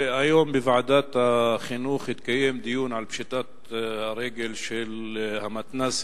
היום בוועדת החינוך התקיים דיון על פשיטת הרגל של המתנ"סים,